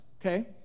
Okay